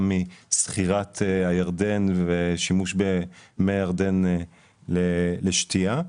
משכירת הירדן ושימוש במי הירדן לשתייה.